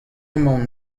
emaon